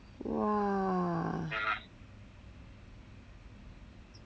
!wah!